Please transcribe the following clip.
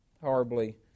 horribly